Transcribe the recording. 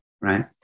right